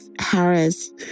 Harris